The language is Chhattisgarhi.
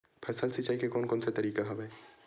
फसल सिंचाई के कोन कोन से तरीका हवय?